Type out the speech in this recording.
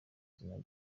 izina